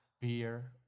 fear